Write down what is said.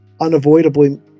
unavoidably